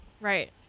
right